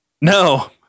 No